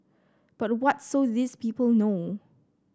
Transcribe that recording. but what so these people know